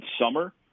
summer